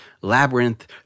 Labyrinth